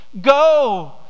go